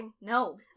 No